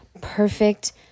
perfect